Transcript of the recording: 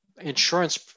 insurance